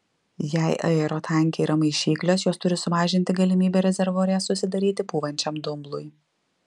jei aerotanke yra maišyklės jos turi sumažinti galimybę rezervuare susidaryti pūvančiam dumblui